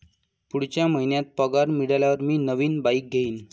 पुढच्या महिन्यात पगार मिळाल्यावर मी नवीन बाईक घेईन